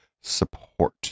support